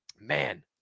man